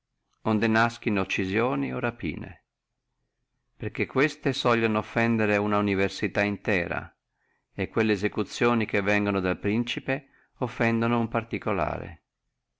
che ne nasca occisioni o rapine perché queste sogliono offendere una universalità intera e quelle esecuzioni che vengono dal principe offendono uno particulare